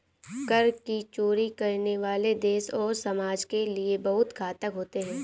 कर की चोरी करने वाले देश और समाज के लिए बहुत घातक होते हैं